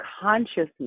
consciousness